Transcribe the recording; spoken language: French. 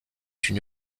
une